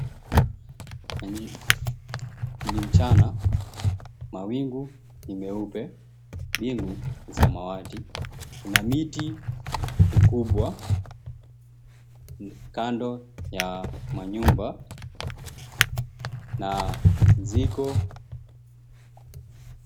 Ni mchana, mawingu ni meupe, bingu ni samawati. Kuna miti mikubwa, kando ya manyumba, na ziko.